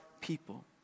people